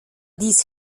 dies